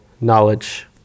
knowledge